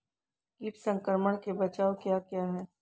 कीट संक्रमण के बचाव क्या क्या हैं?